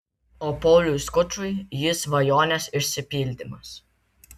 o pauliui skučui ji svajonės išsipildymas